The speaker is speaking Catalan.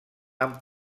amb